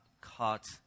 caught